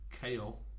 kale